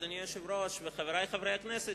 אדוני היושב-ראש וחברי חברי הכנסת,